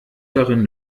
darin